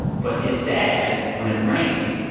but his dad, when it rained,